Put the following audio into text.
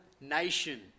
nation